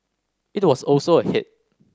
it was also a hit